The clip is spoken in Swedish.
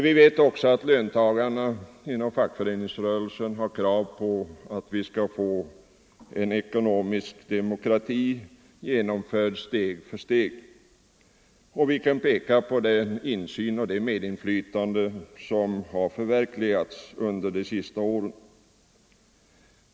Vi vet också att löntagarna inom fackföreningsrörelsen har krav på att vi skall få en ekonomisk demokrati genomförd steg för steg, och vi kan framhålla att kravet på insyn och medinflytande har förverkligats under de senaste åren.